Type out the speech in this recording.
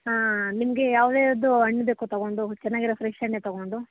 ಹಾಂ ನಿಮಗೆ ಯಾವ್ಯಾವುದು ಹಣ್ ಬೇಕೊ ತಗೊಂಡು ಹೋಗೊದು ಚೆನ್ನಾಗಿರೋ ಫ್ರೆಶ್ ಹಣ್ಣೆ ತಗೊಂಡು